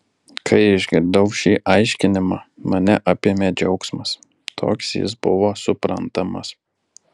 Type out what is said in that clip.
kai išgirdau šį aiškinimą mane apėmė džiaugsmas toks jis buvo suprantamas